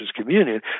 communion